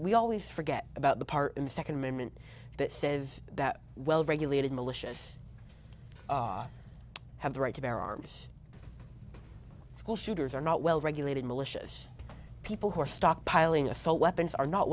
we always forget about the part in the second amendment that says that well regulated militias have the right to bear arms school shooters are not well regulated militias people who are stockpiling assault weapons are not